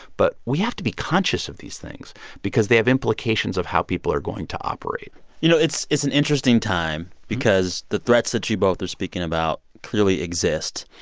but we have to be conscious of these things because they have implications of how people are going to operate you know, it's it's an interesting time because the threats that you both are speaking about clearly exist.